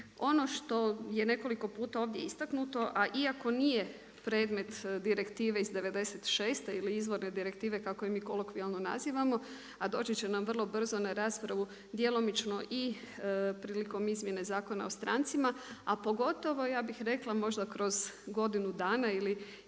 Ono što je nekoliko puta ovdje istaknuto a iako nije predmet direktive iz 96.-te ili izvorne direktive kako je mi kolokvijalno nazivamo a doći će nam vrlo brzo na raspravu djelomično i prilikom izmjene Zakona o strancima a pogotovo, ja bih rekla, možda kroz godinu dana ili